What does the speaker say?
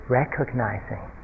recognizing